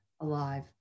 alive